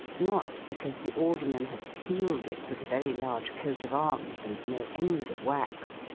not because the alderman had sealed it with a very large coat of arms and no end of wax,